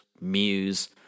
muse